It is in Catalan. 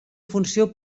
funció